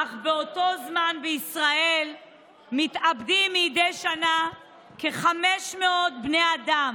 אך באותו זמן בישראל מתאבדים מדי שנה כ-500 בני אדם,